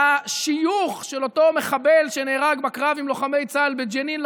לשיוך של אותו מחבל שנהרג בקרב עם לוחמי צה"ל בג'נין לחמאס,